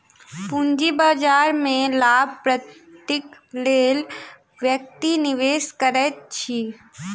पूंजी बाजार में लाभ प्राप्तिक लेल व्यक्ति निवेश करैत अछि